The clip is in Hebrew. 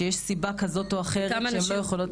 שיש סיבה כזאת או אחרת שהן לא יכולות.